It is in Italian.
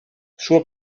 suo